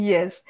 Yes